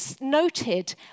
noted